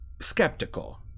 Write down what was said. skeptical